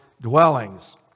dwellings